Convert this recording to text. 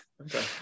okay